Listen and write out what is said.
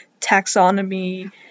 taxonomy